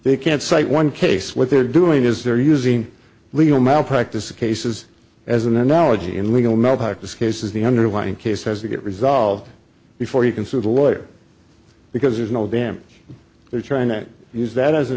they can't cite one case what they're doing is they're using legal malpractise cases as an analogy and legal malpractise cases the underlying case has to get resolved before you can sue the lawyer because there's no them and they're trying to use that as an